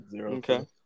Okay